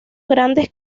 grandes